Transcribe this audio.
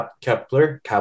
Kepler